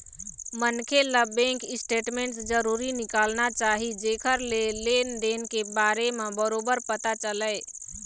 मनखे ल bank statement जरूर निकालना चाही जेखर ले लेन देन के बारे म बरोबर पता चलय